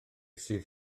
sydd